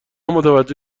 متوجه